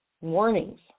warnings